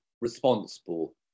responsible